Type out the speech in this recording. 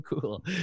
cool